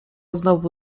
znowu